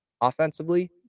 offensively